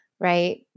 Right